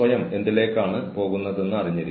ഈ നയങ്ങളിൽ സംഘടനയാണ് തീരുമാനമെടുക്കേണ്ടത്